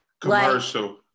Commercial